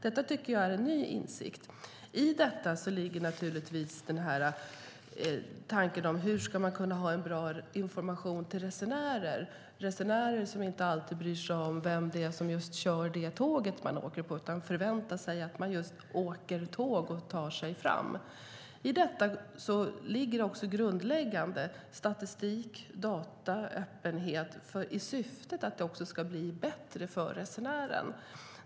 Detta tycker jag är en ny insikt. I det här ligger naturligtvis tanken om hur man ska kunna ha bra information till resenärer. Resenärerna bryr sig inte alltid om vet det är som kör just det tåg som de åker på, utan de förväntar sig att åka tåg och att ta sig fram. I detta ligger också det grundläggande: statistik, data och öppenhet i syftet att det också ska bli bättre för resenären.